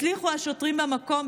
הצליחו השוטרים במקום,